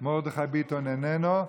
מרדכי ביטון, איננו.